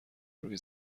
روی